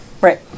Right